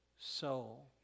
soul